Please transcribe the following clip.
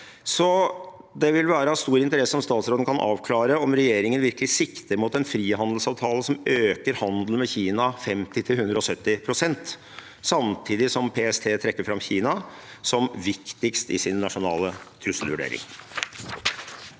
Det vil være av stor interesse om statsråden kan avklare om regjeringen virkelig sikter mot en frihandelsavtale som øker handelen med Kina 50–170 pst., samtidig som PST trekker fram Kina som viktigst i sin nasjonale trusselvurdering.